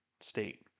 state